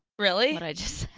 really? what i just